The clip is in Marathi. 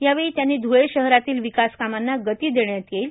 यावेळी त्यांनी ध्ळे शहरातील विकास कामांना गती देण्यात येईल